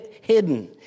hidden